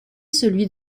celui